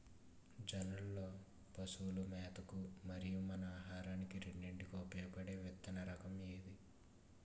జొన్నలు లో పశువుల మేత కి మరియు మన ఆహారానికి రెండింటికి ఉపయోగపడే విత్తన రకం ఏది?